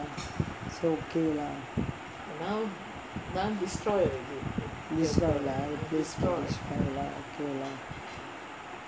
so okay lah destroy lah the place is destroyed lah okay lah